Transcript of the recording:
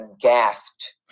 gasped